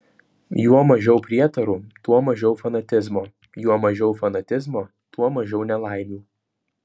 juo mažiau prietarų tuo mažiau fanatizmo juo mažiau fanatizmo tuo mažiau nelaimių